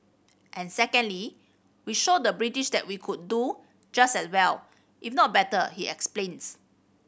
and secondly we showed the British that we could do just as well if not better he explains